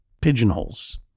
pigeonholes